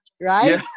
Right